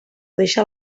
deixa